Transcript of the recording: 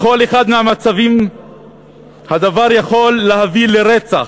בכל אחד מהמצבים הדבר יכול להביא לרצח.